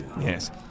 Yes